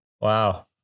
wow